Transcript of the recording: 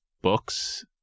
books